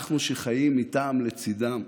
אנחנו, שחיים איתם ולצידם.